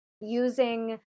using